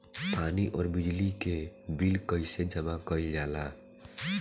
पानी और बिजली के बिल कइसे जमा कइल जाला?